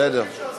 בסדר,